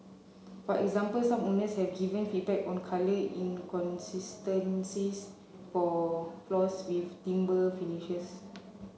for example some owners have given feedback on colour inconsistencies for floors with timber finishes